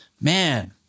man